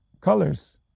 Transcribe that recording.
colors